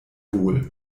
wohl